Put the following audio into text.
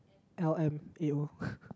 L_M_A_O